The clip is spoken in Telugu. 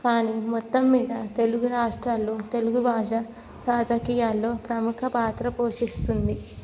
కానీ మొత్తం మీద తెలుగు రాష్ట్రాల్లో తెలుగు భాష రాజకీయాల్లో ప్రముఖ పాత్ర పోషిస్తుంది